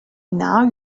now